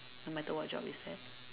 no matter what job is that